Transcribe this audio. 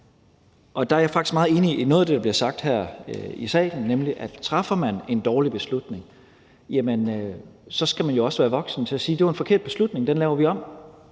Og der er jeg faktisk meget enig i noget, der er blevet sagt her i salen, nemlig at træffer man en dårlig beslutning, jamen så skal man jo også være voksen nok til at sige: Det var en forkert beslutning; den laver vi om.